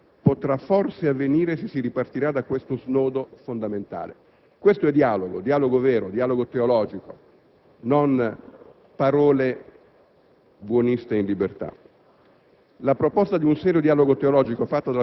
L'incontro dell'Islam con la modernità potrà forse avvenire se si ripartirà da questo snodo fondamentale. Questo è dialogo, dialogo vero, dialogo teologico, non parole buoniste in libertà.